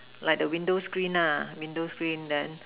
like the window screen lah the window screen then